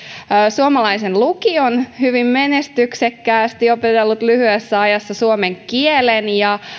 suomalaisen lukion hyvin menestyksekkäästi on opetellut lyhyessä ajassa suomen kielen ja